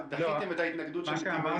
ההתנגדות של נתיבי ישראל.